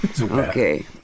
Okay